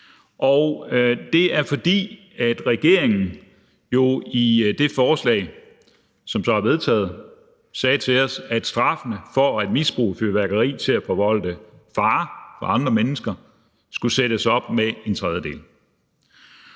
Og det er, fordi regeringen jo i forhold til det forslag, som så er vedtaget, sagde til os, at straffen for at misbruge fyrværkeri til at forvolde fare for andre mennesker skulle sættes op med en tredjedel,